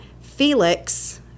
Felix